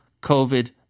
COVID